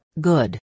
good